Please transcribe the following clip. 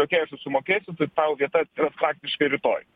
okei aš sumokėsiu tai tau vieta faktiškai rytoj